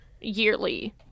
yearly